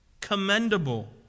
commendable